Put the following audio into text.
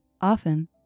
Often